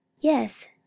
Yes